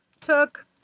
took